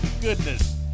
goodness